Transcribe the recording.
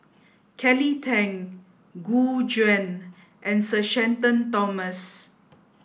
Kelly Tang Gu Juan and Sir Shenton Thomas